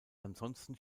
ansonsten